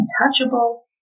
untouchable